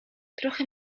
trochę